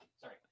sorry